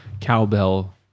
cowbell